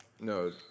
No